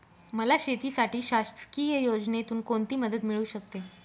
मला शेतीसाठी शासकीय योजनेतून कोणतीमदत मिळू शकते?